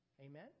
Amen